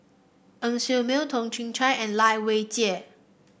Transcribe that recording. Ng Ser Miang Toh Chin Chye and Lai Weijie